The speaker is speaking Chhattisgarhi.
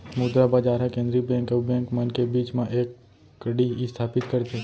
मुद्रा बजार ह केंद्रीय बेंक अउ बेंक मन के बीच म एक कड़ी इस्थापित करथे